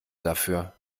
dafür